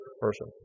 person